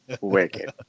wicked